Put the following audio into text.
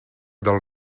del